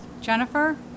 Jennifer